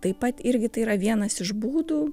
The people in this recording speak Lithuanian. taip pat irgi tai yra vienas iš būdų